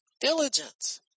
diligence